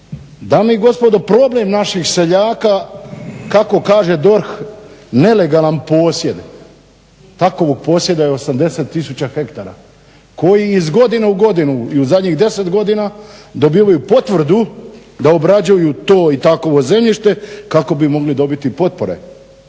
Dame i gospodo, problem naših seljaka kako kaže DORH nelegalan posjed takovog posjeda je 80000 hektara koji iz godine u godinu i u zadnjih 10 godina dobivaju potvrdu da obrađuju to i takovo zemljište kako bi mogli dobiti potpore.